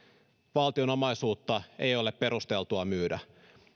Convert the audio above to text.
valtion omaisuutta ei ole perusteltua myydä